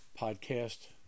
Podcast